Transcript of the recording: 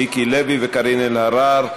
מיקי לוי וקארין אלהרר.